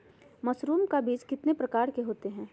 Mushroom का बीज कितने प्रकार के होते है?